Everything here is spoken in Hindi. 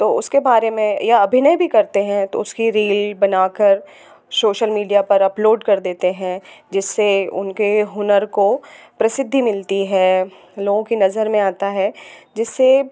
तो उसके बारे में या अभिनय भी करते हैं तो उसकी रील बनाकर सोशल मीडिया पर अपलोड कर देते हैं जिससे उनके हुनर को प्रसिद्धी मिलती है लोगों की नज़र में आता है जिससे